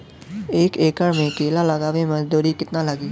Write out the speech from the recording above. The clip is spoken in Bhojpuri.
एक एकड़ में केला लगावे में मजदूरी कितना लागी?